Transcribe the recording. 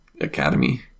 academy